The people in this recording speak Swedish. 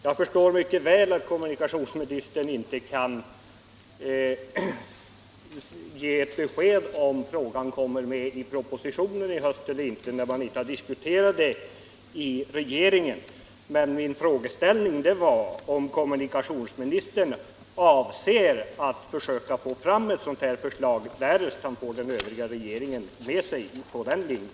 Jag förstår mycket väl att kommunikationsministern inte kan ge ett besked om frågan kommer med i propositionen i höst eller inte när man inte har diskuterat den i regeringen, men min fråga var om kommunikationsministern avser att försöka få fram ett sådant här förslag, därest han får den övriga regeringen med sig på den linjen.